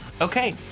Okay